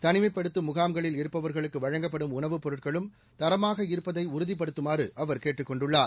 தளிமைப்படுத்தும் முகாம்களில் இருப்பவர்களுக்கு வழங்கப்படும் உணவுப் பொருட்களும் தரமாக இருப்பதை உறுதிப்படுத்துமாறு அவர் கேட்டுக் கொண்டுள்ளார்